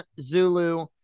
zulu